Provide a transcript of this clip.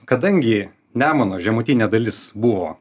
kadangi nemuno žemutinė dalis buvo